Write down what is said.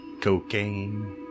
Cocaine